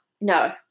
no